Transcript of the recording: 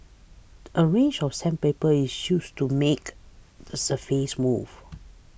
a range of sandpaper is used to make the surface smooth